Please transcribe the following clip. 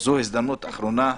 שזו הזדמנות אחרונה.